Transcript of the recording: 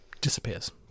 disappears